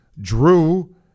Drew